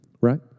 right